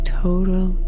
total